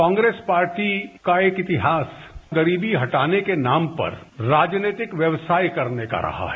Congress party का एक ऐतिहास गरीबी हटाने के नाम पर राजनीतिक व्यवसाय करने का रहा है